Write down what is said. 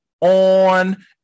on